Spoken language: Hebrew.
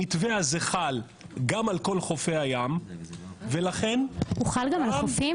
המתווה הזה חל גם על כל חופי הים --- הוא חל גם על החופים?